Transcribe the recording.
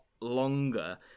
longer